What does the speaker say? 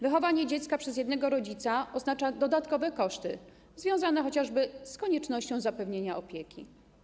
Wychowanie dziecka przez jednego rodzica oznacza dodatkowe koszty związane chociażby z koniecznością zapewnienia opieki.